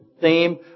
theme